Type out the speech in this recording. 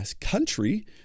country